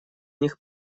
них